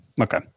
Okay